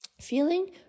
feeling